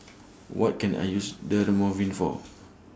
What Can I use Dermaveen For